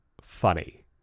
funny